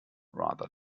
rather